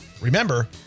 Remember